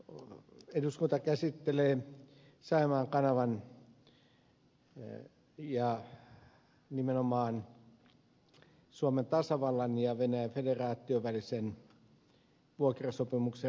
tässä eduskunta käsittelee saimaan kanavan ja nimenomaan suomen tasavallan ja venäjän federaation välisen vuokrasopimuksen ratifiointia